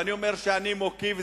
ואני אומר שאני מוקיע,